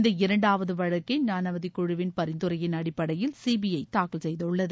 இந்த இரண்டாவது வழக்கை நாளாவதி குழுவின் பரிந்துரையின் அடிப்படையில் சிபிஐ தாக்கல் செய்துள்ளது